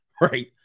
Right